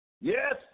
Yes